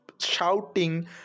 shouting